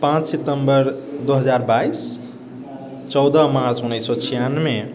पाँच सितम्बर दू हजार बाइस चौदह मार्च उनैस सओ छिआनबे